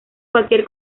cualquier